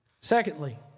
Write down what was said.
Secondly